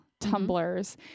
tumblers